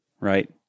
right